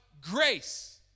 grace